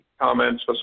comments